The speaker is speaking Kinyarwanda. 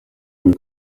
muri